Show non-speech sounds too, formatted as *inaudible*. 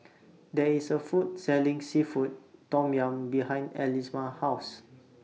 There IS A Food Selling Seafood Tom Yum behind *unintelligible* House